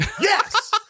Yes